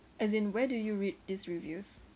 as in where do you read these reviews